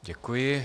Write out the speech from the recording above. Děkuji.